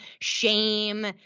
shame